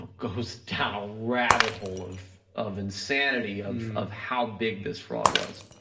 goes down a rabbit hole of of insanity of of how big this fraud was.